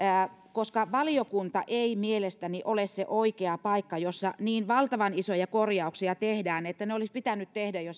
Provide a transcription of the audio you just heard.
koska valiokunta ei mielestäni ole se oikea paikka jossa tehdään niin valtavan isoja korjauksia että ne olisi pitänyt tehdä jo